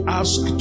ask